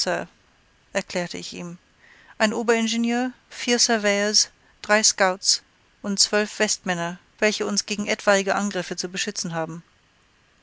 erklärte ich ihm ein oberingenieur vier surveyors drei scouts und zwölf westmänner welche uns gegen etwaige angriffe zu beschützen haben